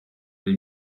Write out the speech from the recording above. ari